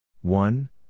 One